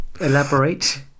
Elaborate